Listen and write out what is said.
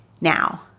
Now